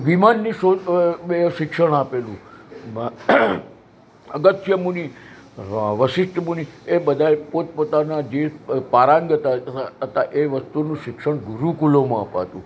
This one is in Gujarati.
વિમાનની શોધ શિક્ષણ આપેલુ અગસ્ત્ય મુનિ વશિષ્ઠ મુનિએ બધા પોત પોતાનાં જે પારંગત હતા એ વસ્તુનું શિક્ષણ ગુરુકુળોમાં અપાતું